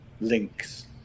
links